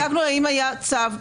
בדקנו האם היה צו.